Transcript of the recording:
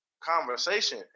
conversation